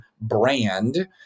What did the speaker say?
brand